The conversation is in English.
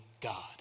God